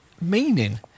meaning